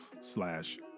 slash